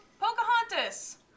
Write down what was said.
Pocahontas